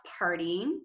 partying